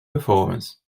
performance